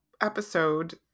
episode